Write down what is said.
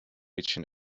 için